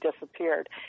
disappeared